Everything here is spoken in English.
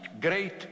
great